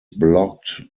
blocked